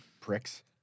pricks